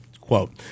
quote